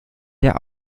der